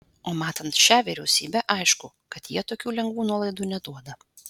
o matant šią vyriausybę aišku kad jie tokių lengvų nuolaidų neduoda